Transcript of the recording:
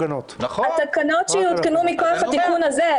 התקנות שיותקנו מכוח התיקון הזה,